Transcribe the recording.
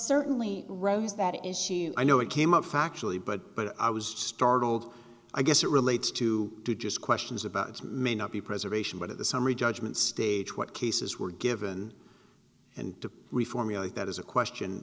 certainly rose that issue i know it came up factually but but i was startled i guess it relates to to just questions about it may not be preservation but at the summary judgment stage what cases were given and to reformulate that is a question